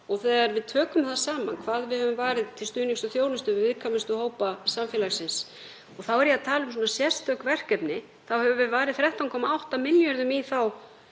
Þegar við tökum það saman hverju við höfum varið til stuðnings og þjónustu við viðkvæmustu hópa samfélagsins, og þá er ég að tala um sérstök verkefni, höfum við varið 13,8 milljörðum í þá